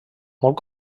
molt